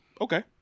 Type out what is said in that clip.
Okay